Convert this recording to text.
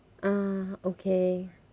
ah okay